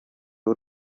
w’u